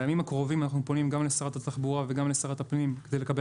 בימים הקרובים אנחנו פונים גם לשרת התחבורה וגם לשרת הפנים כדי לקבל